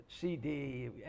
CD